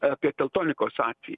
apie teltonikos atvejį